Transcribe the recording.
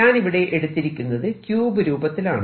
ഞാനിവിടെ എടുത്തിരിക്കുന്നത് ക്യൂബ് രൂപത്തിലാണ്